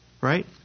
Right